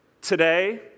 Today